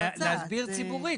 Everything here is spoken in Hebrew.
נותנים ציבורי.